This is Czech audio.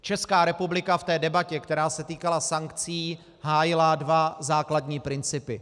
Česká republika v té debatě, která se týkala sankcí, hájila dva základní principy.